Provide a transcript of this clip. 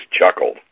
chuckled